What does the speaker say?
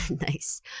Nice